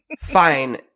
Fine